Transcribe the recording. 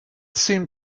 seemed